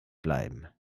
bleiben